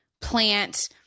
plant